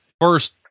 first